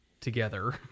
together